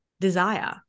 desire